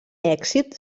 èxit